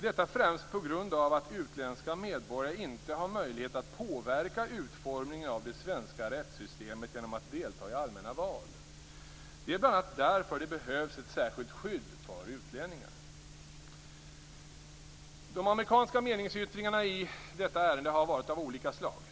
Detta främst på grund av att utländska medborgare inte har möjlighet att påverka utformningen av det svenska rättssystemet genom att delta i allmänna val. Det är bl.a. därför det behövs ett särskilt skydd för utlänningar. De amerikanska meningsyttringarna i detta ärende har varit av olika slag.